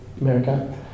America